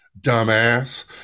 dumbass